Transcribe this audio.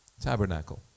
Tabernacle